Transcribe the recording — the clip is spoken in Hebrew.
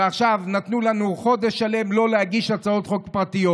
ועכשיו נתנו לנו חודש שלם לא להגיש הצעות חוק פרטיות,